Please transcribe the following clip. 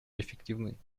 эффективной